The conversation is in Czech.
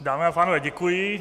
Dámy a pánové, děkuji.